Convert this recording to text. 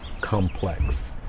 complex